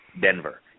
Denver